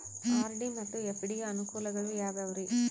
RD ಮತ್ತು FD ಯ ಅನುಕೂಲಗಳು ಯಾವ್ಯಾವುರಿ?